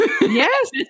Yes